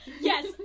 Yes